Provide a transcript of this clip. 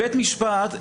בית המשפט,